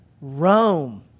Rome